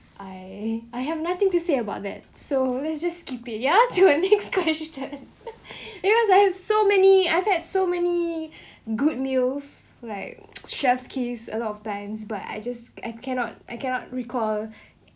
I have nothing to say about that so let's just skip it ya to a next question because I have so many I've had so many good meals like chef's kiss it's a lot of times but I just I cannot I cannot recall